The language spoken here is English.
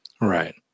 Right